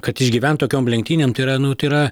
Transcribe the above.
kad išgyvent tokiom lenktynėm tai yra nu tai yra